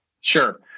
Sure